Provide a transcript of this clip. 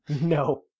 No